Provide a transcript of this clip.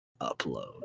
upload